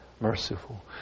merciful